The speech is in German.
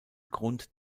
grund